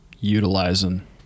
utilizing